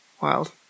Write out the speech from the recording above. Wild